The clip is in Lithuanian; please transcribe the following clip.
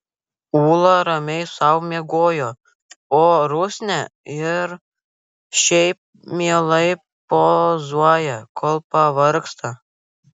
ūla ramiai sau miegojo o rusnė ir šiaip mielai pozuoja kol pavargsta